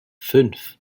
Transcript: fünf